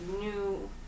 new